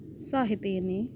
ଶହେ ତିନି